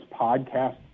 podcast